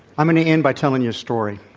i'm going to end by telling you a story.